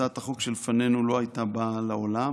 הצעת החוק שלפנינו לא הייתה באה לעולם